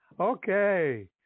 Okay